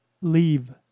leave